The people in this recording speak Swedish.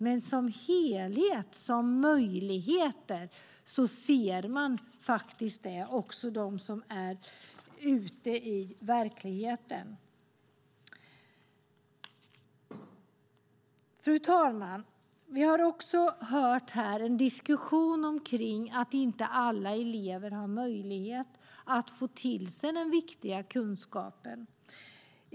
Men de som är ute i verkligheten ser, som helhet, möjligheter. Fru talman! Vi har också hört en diskussion här kring att inte alla elever har möjlighet att få den viktiga kunskapen.